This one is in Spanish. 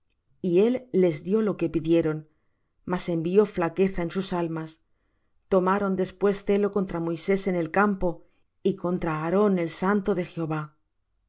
y él les dió lo que pidieron mas envió flaqueza en sus almas tomaron después celo contra moisés en el campo y contra aarón el santo de jehová